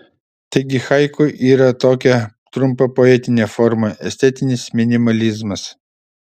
taigi haiku yra tokia trumpa poetinė forma estetinis minimalizmas